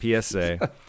PSA